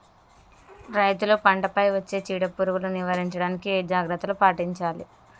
రైతులు పంట పై వచ్చే చీడ పురుగులు నివారించడానికి ఏ జాగ్రత్తలు పాటించాలి?